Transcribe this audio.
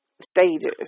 stages